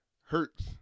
hurts